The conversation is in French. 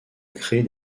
créer